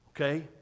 Okay